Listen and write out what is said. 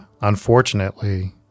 unfortunately